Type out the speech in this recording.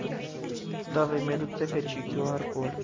تہٕ تَوَے مےٚ دوٚپ ژےٚ کَتہِ چھی کیو آر کوڈ